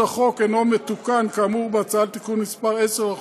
החוק אינו מתוקן כאמור בהצעה לתיקון מס' 10 לחוק.